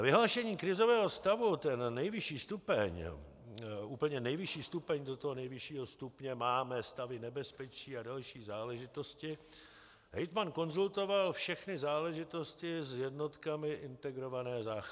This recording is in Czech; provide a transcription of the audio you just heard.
Vyhlášení krizového stavu, ten nejvyšší stupeň, úplně nejvyšší stupeň do toho nejvyššího stupně máme stavy nebezpečí a další záležitosti, hejtman konzultoval všechny záležitosti s jednotkami integrované záchrany.